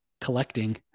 collecting